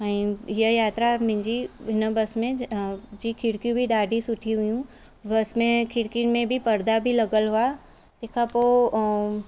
ऐं इहा यात्रा मुंहिंजी हुन बस में ज जी खिड़की बि ॾाढी सुठी हुयूं बस में खिड़कियुनि में बि परदा बि लॻियलु हुआ तंहिंखां पो